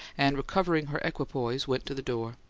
and recovering her equipoise, went to the door.